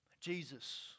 Jesus